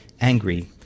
angry